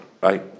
right